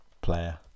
player